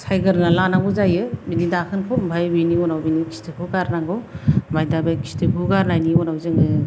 सायगोरना लानांगौ जायो बिनि दाखोनखौ ओमफाय बिनि उनाव बेनि खिथुखौ गारनांगौ ओमफाय दा बे खिथुखौ गारनायनि उनाव जोङो